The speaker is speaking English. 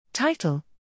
Title